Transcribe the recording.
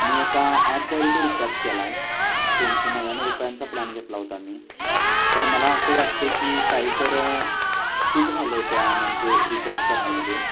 मी एका ॲपद्वारे तो रिचार्ज केला आहे दोनशे नव्याण्णव रुपयांचा प्लॅन घेतला होता मी पण मला असं वाटतं आहे की काहीतर चूक झाले आहे त्या म्हणजे रिचार्ज करण्यामध्ये